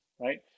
Right